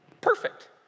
perfect